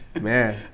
Man